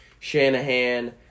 Shanahan